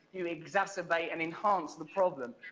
you exacerbate and enhance the problem.